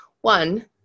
One